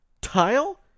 Tile